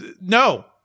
no